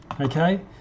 Okay